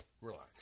Relax